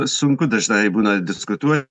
sunku dažnai būna diskutuo